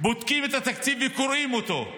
קוראים את התקציב ובודקים אותו.